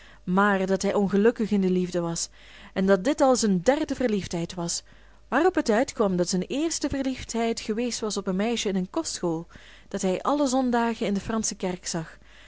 maar dat hij ongelukkig in de liefde was en dat dit al zijn derde verliefdheid was waarop het uitkwam dat zijn eerste verliefdheid geweest was op een meisje in een kostschool dat hij alle zondagen in de fransche kerk zag